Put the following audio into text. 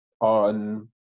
on